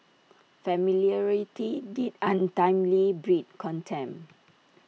familiarity did ultimately breed contempt